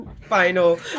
final